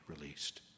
released